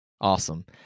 Awesome